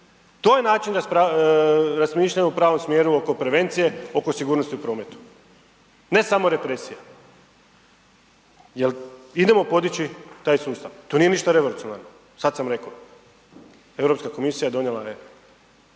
to je način razmišljanja u pravom smjeru oko prevencije, oko sigurnosti u prometu, ne samo represija jel idemo podići taj sustav, to nije ništa revolucionarno, sad sam reko Europska komisija donijela je